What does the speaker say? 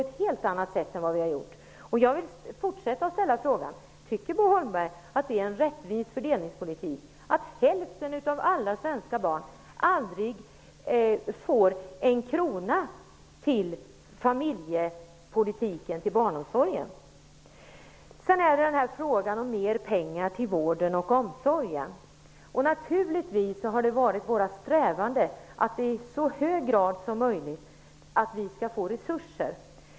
Tycker Bo Holmberg att det är en rättvis fördelningspolitik att hälften av alla svenska barn aldrig får ta del av en enda krona till familjepolitiken och barnomsorgen? Sedan var det frågan om mer pengar till vården och omsorgen. Naturligtvis har det varit vår strävan att i så hög grad som möjligt skapa resurser.